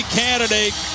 candidate